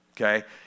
okay